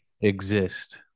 exist